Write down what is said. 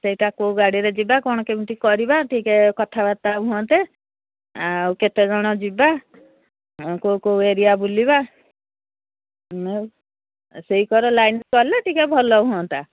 ସେଇଟା କୋଉ ଗାଡ଼ିରେ ଯିବା କ'ଣ କେମିତି କରିବା ଟିକେ କଥାବାର୍ତ୍ତା ହୁଅନ୍ତେ ଆଉ କେତେଜଣ ଯିବା କୋଉ କୋଉ ଏରିଆ ବୁଲିବା ସେଇକର ଲାଇନ୍ କଲେ ଟିକେ ଭଲ ହୁଅନ୍ତା